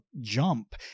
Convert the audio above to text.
jump